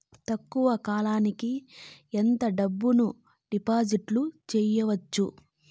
తక్కువ కాలానికి ఎంత డబ్బును డిపాజిట్లు చేయొచ్చు?